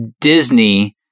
Disney